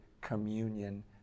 communion